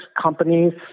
companies